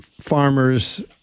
farmers